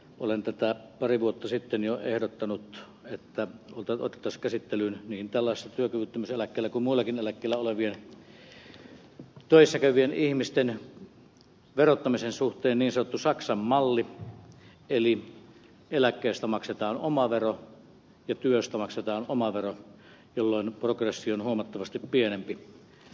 olen tätä pari vuotta sitten jo ehdottanut että otettaisiin käsittelyyn niin työkyvyttömyyseläkkeellä kuin muullakin eläkkeellä olevien töissä käyvien ihmisten verottamisen suhteen niin sanottu saksan malli eli eläkkeestä maksetaan oma vero ja työstä maksetaan oma vero jolloin progressio on huomattavasti pienempi